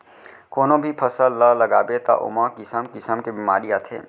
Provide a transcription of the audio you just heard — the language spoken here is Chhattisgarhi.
कोनो भी फसल ल लगाबे त ओमा किसम किसम के बेमारी आथे